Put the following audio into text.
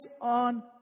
on